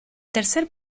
tercer